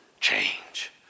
change